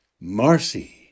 Marcy